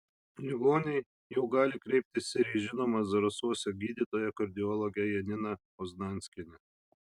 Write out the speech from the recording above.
ligoniai jau gali kreiptis ir į žinomą zarasuose gydytoją kardiologę janina oznanskienę